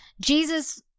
Jesus